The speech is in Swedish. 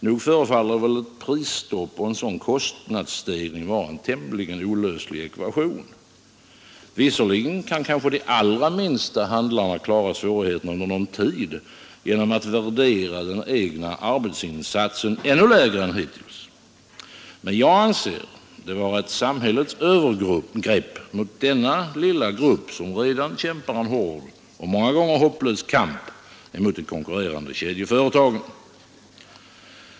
Nog förefaller prisstopp och en sådan kostnadsstegring vara en tämligen olöslig ekvation. Visserligen kan kanske de allra minsta handlarna klara svårigheterna under någon tid genom att värdera den egna arbetsinsatsen ännu lägre än hittills. Men jag anser det vara ett samhällets övergrepp mot denna lilla grupp, som redan kämpar en hård och många gånger hopplös kamp mot konkurrerande kedjeföretag.